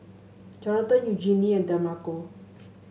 Jonathan Eugenie and Demarco